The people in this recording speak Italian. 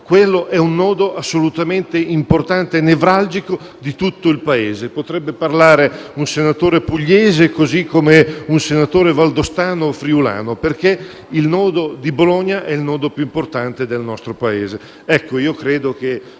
Bologna è un nodo assolutamente importante e nevralgico di tutto il Paese: potrebbe parlare un pugliese, così come un senatore valdostano o friulano, perché il nodo di Bologna è il più importante del Paese.